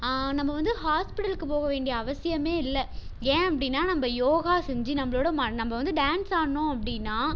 நம்ம வந்து ஹாஸ்பிட்டலுக்கு போக வேண்டிய அவசியமே இல்லை ஏன் அப்படின்னா நம்ம யோகா செஞ்சு நம்மளோட நம்ம வந்து டான்ஸ் ஆடினோம் அப்படின்னா